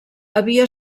havia